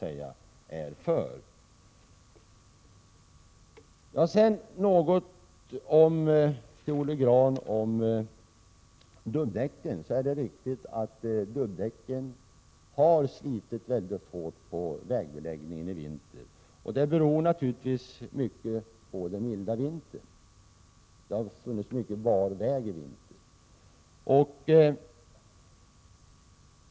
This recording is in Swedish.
Jag vill också säga några ord till Olle Grahn om dubbdäcken. Det är riktigt att dubbdäcken har slitit väldigt hårt på vägbeläggningen i vinter. Det har naturligtvis berott på den mycket milda vintern; det har funnits mycket bar väg i vinter.